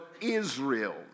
Israel